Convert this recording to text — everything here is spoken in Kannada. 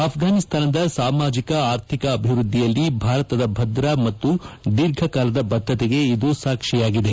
ಅಭ್ವಾನಿಸ್ತಾನದ ಸಾಮಾಜಿಕ ಅರ್ಥಿಕ ಅಭಿವೃದ್ಧಿಯಲ್ಲಿ ಭಾರತದ ಭದ್ರ ಮತ್ತು ದೀರ್ಘಕಾಲದ ಬದ್ದತೆಗೆ ಇದು ಸಾಕ್ಷಿಯಾಗಿದೆ